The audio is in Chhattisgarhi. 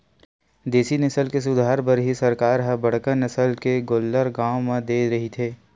देसी नसल के सुधार बर ही सरकार ह बड़का नसल के गोल्लर गाँव म दे रहिथे